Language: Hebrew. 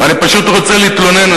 אני פשוט רוצה להתלונן,